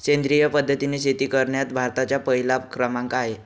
सेंद्रिय पद्धतीने शेती करण्यात भारताचा पहिला क्रमांक आहे